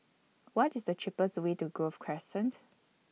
What IS The cheapest Way to Grove Crescent